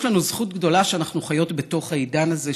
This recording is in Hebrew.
יש לנו זכות גדולה שאנחנו חיות בתוך העידן הזה,